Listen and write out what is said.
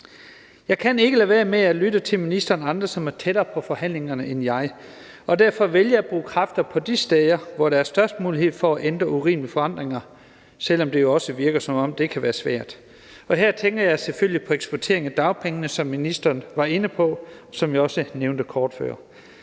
Jeg kan ikke lade være med at lytte til ministeren og andre, som er tættere på forhandlingerne, end jeg er. Derfor vil jeg bruge kræfter på de steder, hvor der er størst mulighed for at ændre urimelige forandringer, selv om det jo også virker, som om det kan være svært. Her tænker jeg selvfølgelig på eksporten af dagpengene, som ministeren var inde på, og som jeg også nævnte kort før.